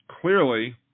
clearly